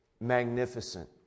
magnificent